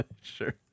sure